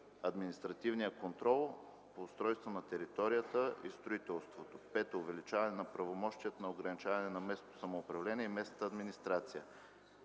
административния контрол по устройство на територията и строителството. 5. Увеличаване правомощията на органите на местното самоуправление и местната администрация.